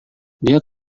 dia